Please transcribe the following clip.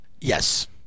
Yes